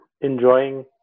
enjoying